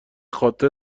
خاطر